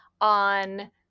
on